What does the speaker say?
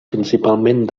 principalment